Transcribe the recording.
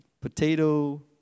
potato